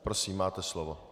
Prosím, máte slovo.